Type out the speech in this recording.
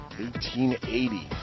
1880